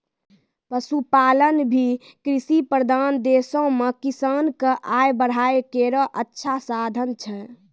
पशुपालन भी कृषि प्रधान देशो म किसान क आय बढ़ाय केरो अच्छा साधन छै